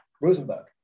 Rosenberg